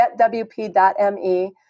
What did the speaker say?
getwp.me